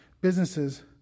businesses